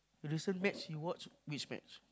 recent match you watch which match